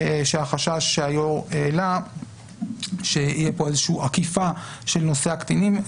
החשש שהיו"ר העלה שתהיה פה עקיפה של נושא הקטינים.